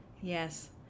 Yes